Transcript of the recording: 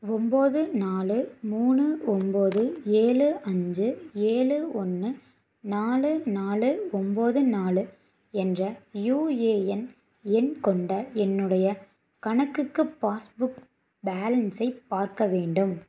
ஒன்போது நாலு மூணு ஒன்போது ஏழு அஞ்சு ஏழு ஒன்று நாலு நாலு ஒன்போது நாலு என்ற யுஏஎன் எண் கொண்ட என்னுடைய கணக்குக்கு பாஸ்புக் பேலன்ஸை பார்க்க வேண்டும்